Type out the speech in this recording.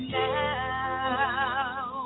now